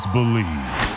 Believe